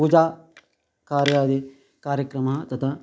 पूजा कार्यादि कार्यक्रमः तथा